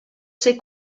ces